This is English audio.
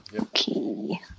Okay